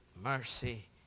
mercy